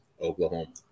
Oklahoma